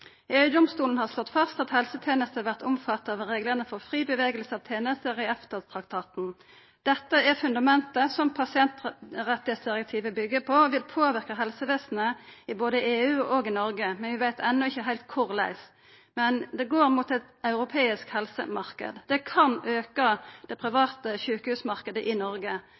har slått fast at helsetenester vert omfatta av reglane for fri bevegelse av tenester i EFTA-traktaten. Dette er fundamentet som pasientrettsdirektivet byggjer på, og det vil påverka helsestellet i både EU og Noreg. Vi veit ennå ikkje heilt korleis, men det går mot ein europeisk helsemarknad. Det kan auka den private sjukehusmarknaden i Noreg.